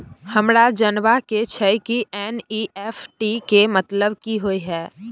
हमरा जनबा के छै की एन.ई.एफ.टी के मतलब की होए है?